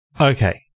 Okay